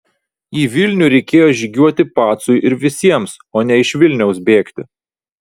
į vilnių reikėjo žygiuoti pacui ir visiems o ne iš vilniaus bėgti